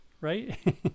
right